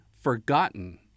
forgotten